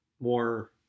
more